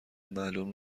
معلوم